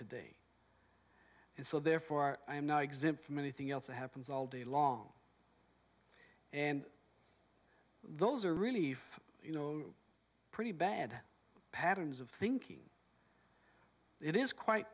today and so therefore i am not exempt from anything else that happens all day long and those are really for you know pretty bad patterns of thinking it is quite